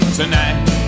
tonight